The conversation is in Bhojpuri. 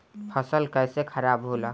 फसल कैसे खाराब होला?